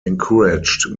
encouraged